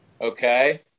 Okay